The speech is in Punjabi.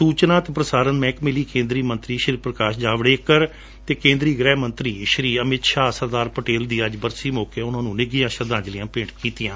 ਸੂਚਨਾ ਅਤੇ ਪ੍ਰਸਾਰਣ ਮਹਿਕਮੇ ਲਈ ਕੇਂਦਰੀ ਮੰਤਰੀ ਸ੍ਰੀ ਪ੍ਰਕਾਸ਼ ਜਾਵਡੇਕਰ ਅਤੇ ਕੇਂਦਰੀ ਗ੍ਰਹਿ ਮੰਤਰੀ ਸ੍ਰੀ ਅਮਿਤ ਸ਼ਾਹ ਨੇ ਸਰਦਾਰ ਪਟੇਲ ਦੀ ਅੱਜ ਬਰਸੀ ਮੌਕੇ ਉਨੂਾਂ ਨੂੰ ਨਿੱਘੀਆਂ ਸ਼ਰਧਾਂਜਲੀਆਂ ਭੇਂਟ ਕੀਤੀਆਂ